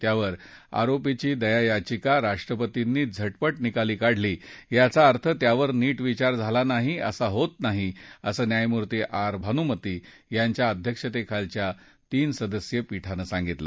त्यावर आरोपीची दयायाचिका राष्ट्रपतींनी झटपट निकाली काढली याचा अर्थ त्यावर नीट विचार झाला नाही असा होत नाही असं न्यायमूर्ती आर भानूमती यांच्या अध्यक्षतेखालच्या तीन सदस्यीय पीठानं सांगितलं